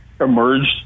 emerged